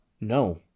No